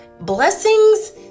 Blessings